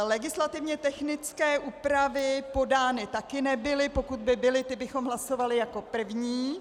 Legislativně technické úpravy podány také nebyly, pokud by byly, ty bychom hlasovali jako první.